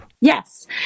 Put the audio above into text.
Yes